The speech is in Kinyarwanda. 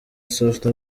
south